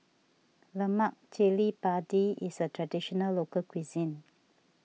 Lemak Cili Padi is a Traditional Local Cuisine